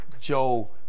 Joe